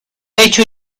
hecho